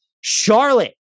Charlotte